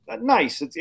nice